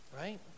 right